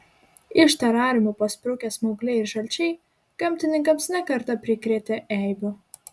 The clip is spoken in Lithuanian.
iš terariumų pasprukę smaugliai ir žalčiai gamtininkams ne kartą prikrėtė eibių